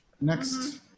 Next